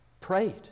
prayed